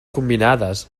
combinades